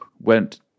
Went